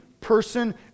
person